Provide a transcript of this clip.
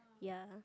ya